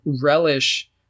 relish